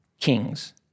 kings